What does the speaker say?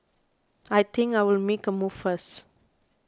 I think I'll make a move first